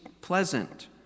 pleasant